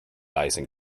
icing